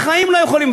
בחיים לא היו מוכנים,